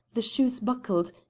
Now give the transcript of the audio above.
the shoes buckled,